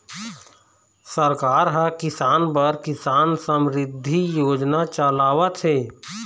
सरकार ह किसान बर किसान समरिद्धि योजना चलावत हे